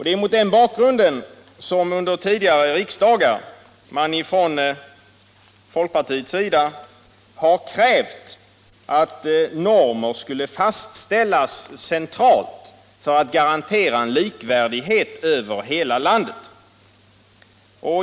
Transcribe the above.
Det är mot den bakgrunden som under tidigare riksdagar man från folkpartiets sida har krävt att normer skulle fastställas centralt för att garantera en likvärdighet över hela landet.